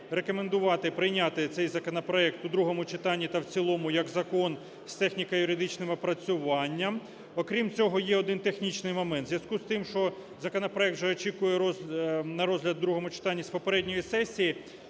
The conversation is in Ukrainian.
рекомендувати прийняти цей законопроект у другому читанні та в цілому як закон з техніко-юридичним опрацюванням. Окрім цього, є один технічний момент. У зв'язку з тим, що законопроект вже очікує на розгляд в другому читанні з попередньої сесії,